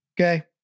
okay